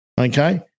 Okay